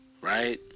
right